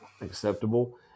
acceptable